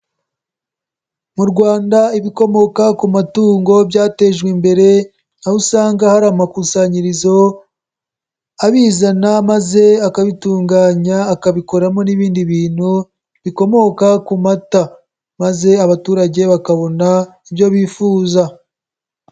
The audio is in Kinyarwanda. Mu Rwanda ibikomoka ku matungo byatejwe imbere aho usanga hari amakusanyirizo abizana maze akabitunganya akabikoramo n'ibindi bintu bikomoka ku mata, maze abaturage bakabona ibyo bifuza.